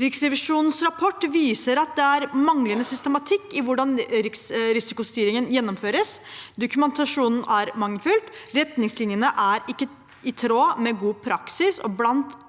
Riksrevisjonens rapport viser at det er manglende systematikk i hvordan risikostyringen gjennomføres. Dokumentasjonen er mangelfull, retningslinjene er ikke i tråd med god praksis, og blant